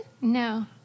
No